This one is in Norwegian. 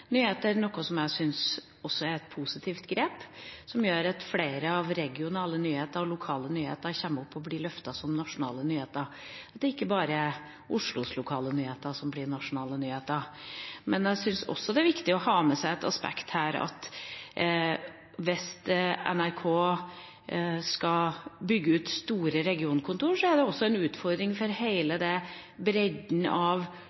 nyheter, noe jeg syns er et positivt grep. Det gjør at flere regionale og lokale nyheter kommer opp og blir løftet som nasjonale nyheter, og at det ikke er bare Oslos lokale nyheter som blir nasjonale nyheter. Jeg syns også det er viktig å ha med seg det aspektet her av hvis NRK skal bygge ut store regionkontor, er det også en utfordring for hele bredden av